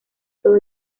todo